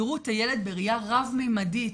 יראו את הילד בראייה רב ממדית,